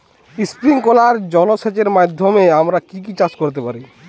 Sprinkler জলসেচের মাধ্যমে আমরা কি কি চাষ করতে পারি?